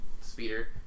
speeder